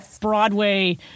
Broadway